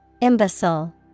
Imbecile